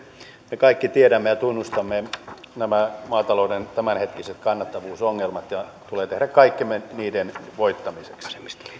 me kaikki tiedämme ja tunnustamme nämä maatalouden tämänhetkiset kannattavuusongelmat ja meidän tulee tehdä kaikkemme niiden voittamiseksi